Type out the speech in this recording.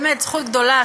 באמת זכות גדולה,